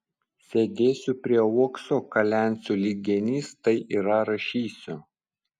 sėdėsiu prie uokso kalensiu lyg genys tai yra rašysiu